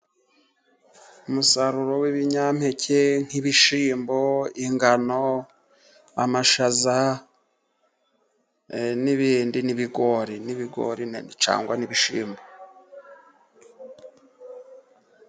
Umusaruro wibinyampeke nk'ibishyimbo, ingano, amashaza, n'ibindi, n'ibigori, n'ibigori cangwa n'ibishyimbo